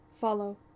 Follow